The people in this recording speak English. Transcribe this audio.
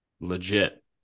legit